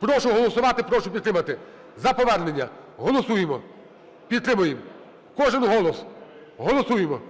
Прошу голосувати, прошу підтримати. За повернення, голосуємо. Підтримуємо. Кожен голос. Голосуємо.